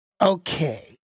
okay